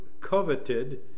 coveted